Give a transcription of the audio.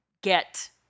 get